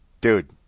Dude